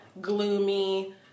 gloomy